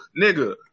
nigga